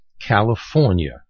California